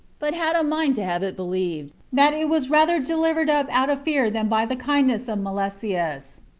but had a mind to have it believed that it was rather delivered up out of fear than by the kindness of milesius,